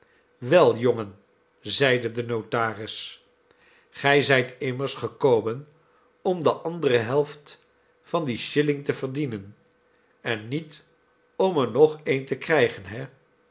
wel jongen zeide de notaris gij zijt immers gekomen om de andere helft van dien shilling te verdienen en niet om er nog een te krijgen he